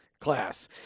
class